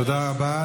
תודה רבה.